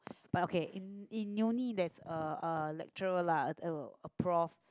but okay in in uni there's a a lecturer lah a a prof